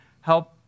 Help